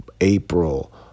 April